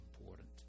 important